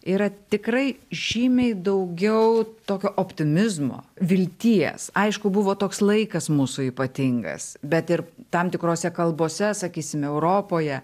yra tikrai žymiai daugiau tokio optimizmo vilties aišku buvo toks laikas mūsų ypatingas bet ir tam tikrose kalbose sakysime europoje